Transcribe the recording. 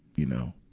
you know.